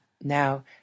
Now